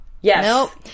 Yes